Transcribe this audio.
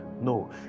No